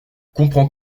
comprends